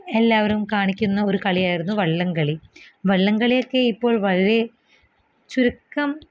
എല്ലാവരും കാണിക്കുന്ന ഒരു കളിയായിരുന്നു വള്ളംകളി വള്ളംകളിയൊക്കെ ഇപ്പോള് വളരെ ചുരുക്കം